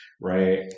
right